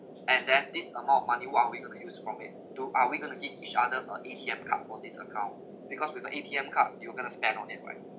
and then this amount of money what are we going to use from it to are we going to give each other a A_T_M card for this account because with a A_T_M card you're going to spend on it right